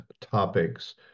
topics